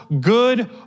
good